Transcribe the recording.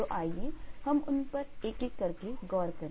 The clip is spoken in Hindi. तो आइए हम उन पर एक एक करके गौर करें